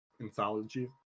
anthology